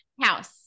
house